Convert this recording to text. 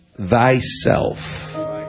thyself